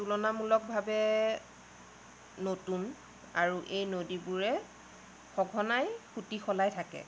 তুলনামূলকভাৱে নতুন আৰু এই নদীবোৰে সঘনাই সুঁতি সলাই থাকে